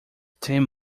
ten